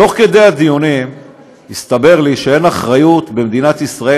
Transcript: תוך כדי דיונים התברר לי שאין אחריות במדינת ישראל,